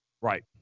Right